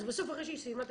אז בסוף אחרי שהיא סיימה את